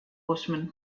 horsemen